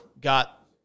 got